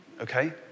Okay